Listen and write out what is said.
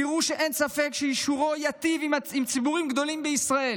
תראו שאין ספק שאישורו ייטיב עם ציבורים גדולים בישראל.